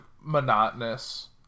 monotonous